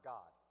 God